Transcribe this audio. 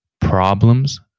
problems